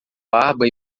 barba